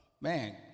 man